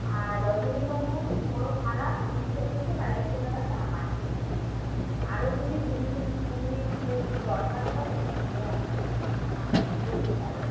আর রজনীগন্ধার যে বড়ো মালা দুশো থেকে আড়াইশো টাকা দাম আছে আরো যদি বিভিন্ন ধরনের ফুল দরকার পড়ে তাহলে আপনি আমাকে বলতে পারেন